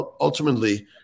Ultimately